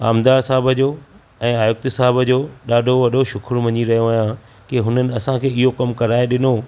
आमदार साहबु जो ऐं आयुक्त साहबु जो ॾाढो वॾो शुकुर मञी रहियो आहियां की हुननि असां खे इहो कमु कराए ॾिनो